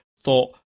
thought